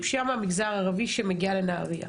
היא פשיעה מהמגזר הערבי שמגיעה לנהריה.